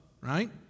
right